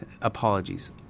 apologies